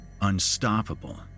Unstoppable